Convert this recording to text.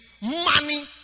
money